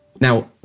Now